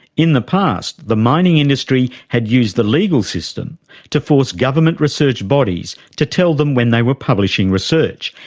in the past the mining industry had used the legal system to force government research bodies to tell them when they were publishing research,